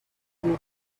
from